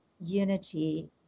Unity